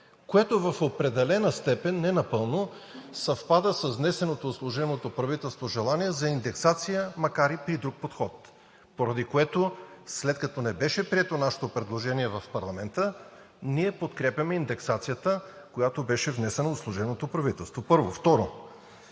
което в определена степен – не напълно, съвпада с внесеното от служебното правителство желание за индексация, макар и при друг подход, поради което, след като не беше прието нашето предложение в парламента, ние подкрепяме индексацията, която беше внесена от служебното правителство – първо. Второ,